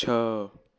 छह